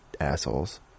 assholes